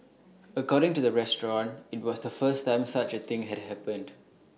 according to the restaurant IT was the first time such A thing had happened